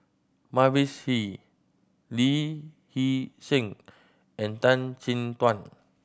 Mavis Hee Lee Hee Seng and Tan Chin Tuan